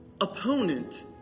opponent